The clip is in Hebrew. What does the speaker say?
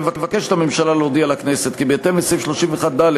מבקשת הממשלה להודיע לכנסת, כי בהתאם לסעיף 31(ד)